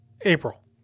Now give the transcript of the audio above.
April